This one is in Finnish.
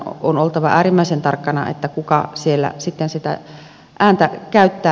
on oltava äärimmäisen tarkkana kuka siellä sitten sitä ääntä käyttää